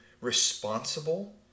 responsible